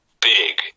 big